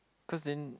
cause then